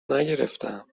نگرفتم